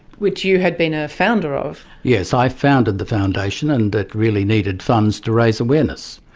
which you had been a founder of? yes i founded the foundation and it really needed funds to raise awareness.